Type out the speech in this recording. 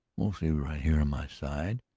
mostly right here in my side.